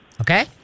okay